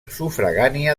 sufragània